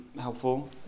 helpful